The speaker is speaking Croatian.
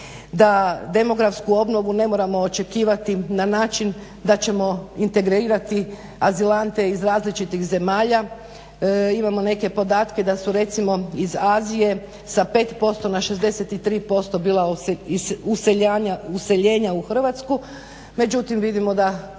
da demografsku obnovu ne moramo očekivati na način da ćemo integrirati azilante iz različitih zemalja. Imamo neke podatke da su recimo iz Azije sa 5% na 63% bila useljenja u Hrvatsku. Međutim, vidimo da